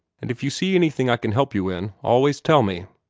and if you see anything i can help you in, always tell me.